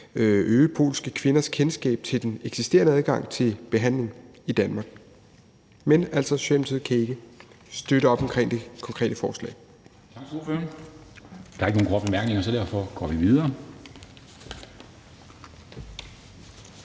øge polske kvinders kendskab til den eksisterende adgang til behandling i Danmark. Men Socialdemokratiet kan ikke støtte op omkring det konkrete forslag.